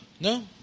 No